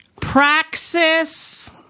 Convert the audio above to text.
praxis